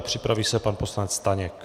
Připraví se pan poslanec Staněk.